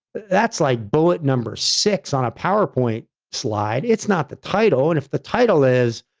that's like bullet number six on a powerpoint slide. it's not the title. and if the title is,